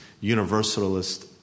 universalist